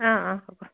অঁ অঁ হ'ব